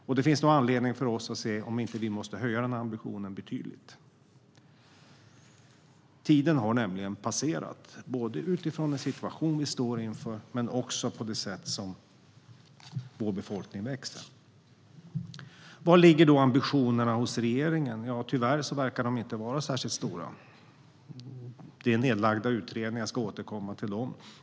Men det finns nog anledning för oss att se om vi inte behöver höja denna ambition betydligt. Tiden har nämligen gått oss förbi både vad gäller den situation vi står inför och den växande befolkningen. Vilka är då regeringens ambitioner? Tyvärr verkar de inte vara särskilt höga. Det är mest nedlagda utredningar, och jag ska återkomma till dem.